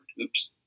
Oops